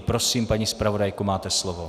Prosím, paní zpravodajko, máte slovo.